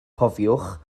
cofiwch